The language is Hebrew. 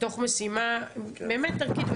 מתוך משימה באמת ערכית.